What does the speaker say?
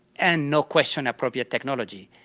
and no question appropriate technology.